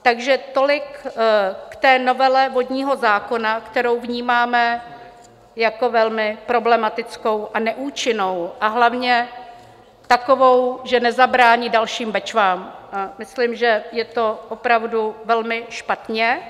Takže tolik k novele vodního zákona, kterou vnímáme jako velmi problematickou a neúčinnou, a hlavně takovou, že nezabrání dalším Bečvám, a myslím, že je to opravdu velmi špatně.